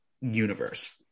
universe